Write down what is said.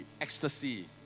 ecstasy